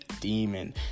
Demon